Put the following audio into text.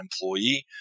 employee